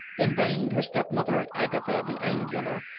in vain her stepmother, agatha the angular,